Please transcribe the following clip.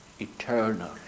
eternal